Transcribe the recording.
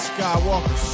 Skywalker